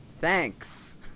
thanks